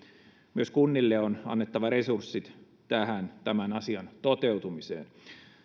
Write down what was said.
myös kunnille on annettava resurssit tämän asian toteutumiseen